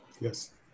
yes